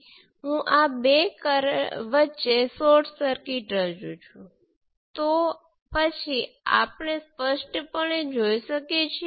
તેથી Vx એ V1 જેવું જ છે તેથી હું આને I1 2 મિલિસિમેન્સ × V1 તરીકે લખીશ જેથી ત્યાં કરંટ વહે છે